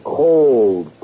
cold